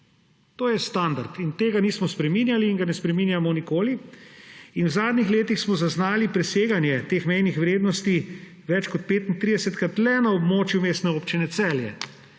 To je standard in tega nismo spreminjali in ga ne spreminjamo nikoli. In v zadnjih letih smo zaznali preseganje teh mejnih vrednosti več kot 35-krat le na območju Mestne občine Celje.